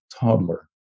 toddler